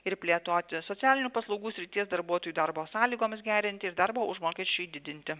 ir plėtoti socialinių paslaugų srities darbuotojų darbo sąlygoms gerinti ir darbo užmokesčiui didinti